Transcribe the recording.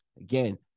Again